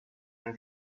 and